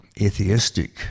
atheistic